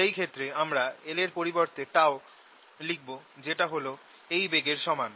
সেই ক্ষেত্রে আমরা l এর পরিবর্তে লিখব যেটা হল এই বেগ এর সমান